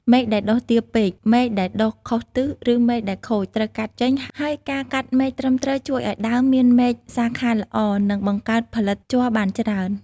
មែកដែលដុះទាបពេក មែកដែលដុះខុសទិស ឬមែកដែលខូច ត្រូវកាត់ចេញ ហើយការកាត់មែកត្រឹមត្រូវជួយឱ្យដើមមានមែកសាខាល្អ និងបង្កើនផលិតជ័របានច្រើន។